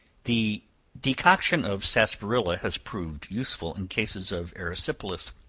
the decoction of sarsaparilla has proved useful in cases of erysipelas.